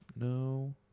No